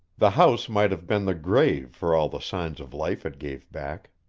the house might have been the grave for all the signs of life it gave back.